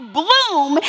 bloom